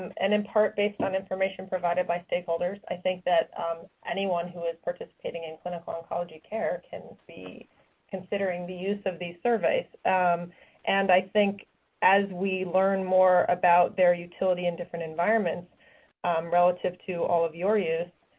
and in part based on information provided by stakeholders, i think that anyone who is participating in clinical oncology care can be considering the use of these surveys and i think as we learn more about their utility in different environments relative to all of your use,